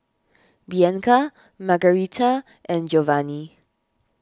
Bianca Margarita and Giovanny